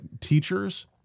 Teachers